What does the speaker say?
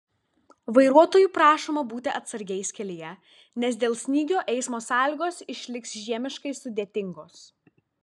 vairuotojų prašoma būti atsargiais kelyje nes dėl snygio eismo sąlygos išliks žiemiškai sudėtingos